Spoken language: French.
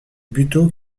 buteau